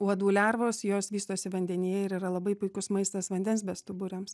uodų lervos jos vystosi vandenyje ir yra labai puikus maistas vandens bestuburiams